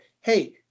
hey